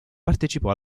partecipò